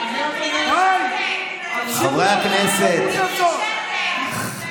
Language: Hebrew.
אם אני רוצה, חברי הכנסת, תסתכלו על השעון.